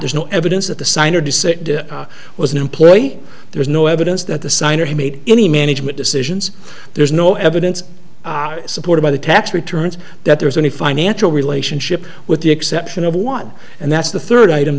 there's no evidence that the signer to say was an employee there is no evidence that the signer he made any management decisions there's no evidence supported by the tax returns that there is any financial relationship with the exception of one and that's the third item